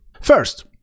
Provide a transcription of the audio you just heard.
first